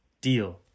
Deal